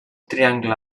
triangle